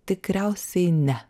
tikriausiai ne